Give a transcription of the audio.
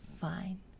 fine